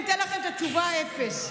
אתן לכם את התשובה: אפס.